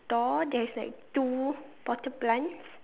store there's like two potted plants